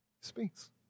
speaks